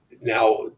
now